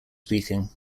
speaking